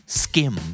skim